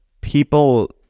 people